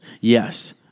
Yes